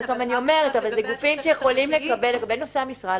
אלה גופים שיכולים לקבל לגבי נושאי משרה,